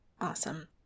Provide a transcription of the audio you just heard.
Awesome